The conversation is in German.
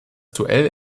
duell